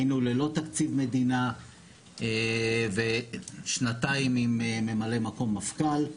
היינו ללא תקציב מדינה ושנתיים עם ממלא מקום מפכ"ל,